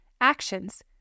Actions